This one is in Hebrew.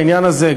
בעניין הזה,